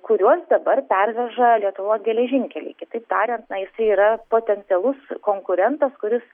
kuriuos dabar perveža lietuvos geležinkeliai kitaip tariant na jisai yra potencialus konkurentas kuris